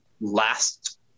last